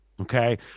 Okay